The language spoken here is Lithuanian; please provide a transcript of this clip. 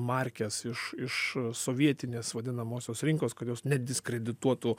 markes iš iš sovietinės vadinamosios rinkos kad jos nediskredituotų